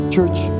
Church